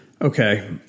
okay